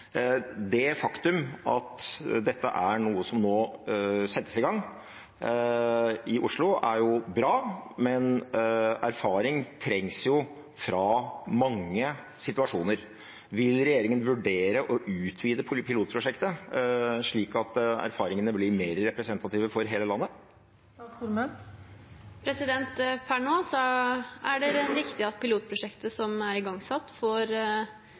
Det faktum at dette er noe som nå settes i gang i Oslo, er bra, men erfaring trengs fra mange situasjoner. Vil regjeringen vurdere å utvide pilotprosjektet slik at erfaringene blir mer representative for hele landet? Per nå er det riktig at pilotprosjektet som er igangsatt, får